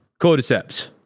Cordyceps